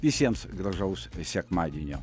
visiems gražaus sekmadienio